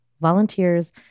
Volunteers